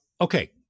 okay